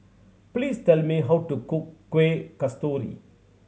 please tell me how to cook Kueh Kasturi